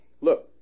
Look